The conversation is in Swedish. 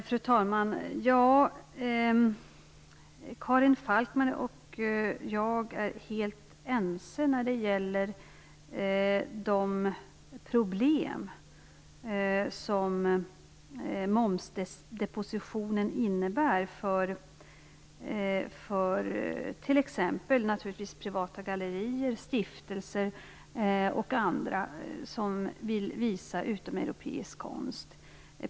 Fru talman! Karin Falkmer och jag är helt ense när det gäller det problem som momsdepositionen innebär för t.ex. privata gallerier, stiftelser och andra som vill visa utomeuropeisk konst.